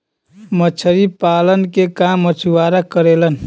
मछरी पालन के काम मछुआरा करेलन